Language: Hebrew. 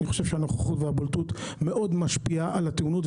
אני חושב שהנוכחות והבולטות מאוד משפיעה על התאונות.